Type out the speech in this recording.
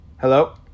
Hello